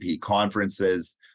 conferences